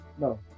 No